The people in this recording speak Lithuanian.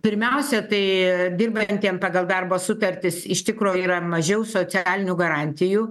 pirmiausia tai dirbantiem pagal darbo sutartis iš tikro yra mažiau socialinių garantijų